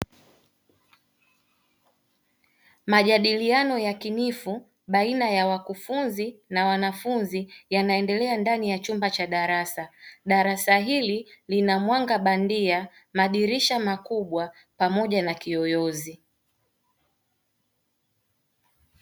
Majadiliano yakinifu baina ya wakufunzi na wanafunzi yanaendelea ndani ya chumba cha darasa. Darasa hili lina mwanga bandia madirisha makubwa pamoja na kiyoyozi.